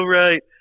right